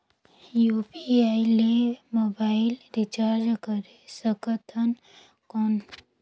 UPI ले mobile recharge करे सकथन कौन?